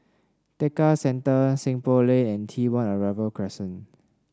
Tekka Centre Seng Poh Lane and T One Arrival Crescent